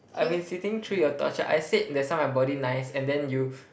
I've been sitting through your torture I said that's why my body nice and then you